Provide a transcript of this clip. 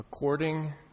According